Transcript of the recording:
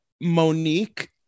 Monique